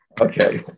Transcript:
Okay